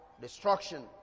destruction